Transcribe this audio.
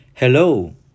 Hello